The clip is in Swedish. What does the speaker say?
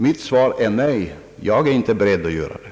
| Mitt svar är nej! Jag är inte beredd att göra det.